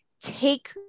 take